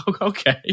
okay